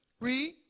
Read